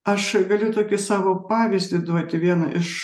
aš galiu tokį savo pavyzdį duoti vieną iš